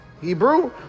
Hebrew